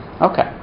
Okay